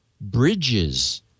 bridges